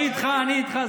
אני איתך, אני איתך.